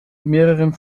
mehreren